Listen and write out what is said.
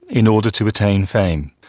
in order to retain fame.